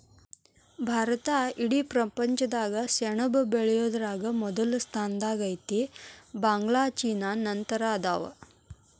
ಭಾರತಾ ಇಡೇ ಪ್ರಪಂಚದಾಗ ಸೆಣಬ ಬೆಳಿಯುದರಾಗ ಮೊದಲ ಸ್ಥಾನದಾಗ ಐತಿ, ಬಾಂಗ್ಲಾ ಚೇನಾ ನಂತರ ಅದಾವ